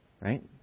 Right